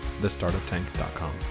thestartuptank.com